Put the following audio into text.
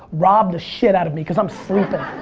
rob the shit out of me, cause i'm sleeping.